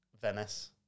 Venice